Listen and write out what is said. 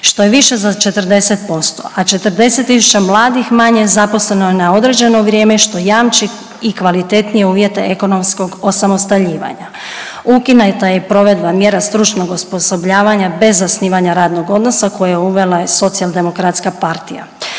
što je više za 40%, a 40000 mladih manje je zaposleno na neodređeno vrijeme što jamči i kvalitetnije uvjete ekonomskog osamostaljivanja. Ukinuta je i provedba mjera stručnog osposobljavanja bez zasnivanja radnog odnosa koje je uvela Socijaldemokratska partija.